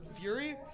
Fury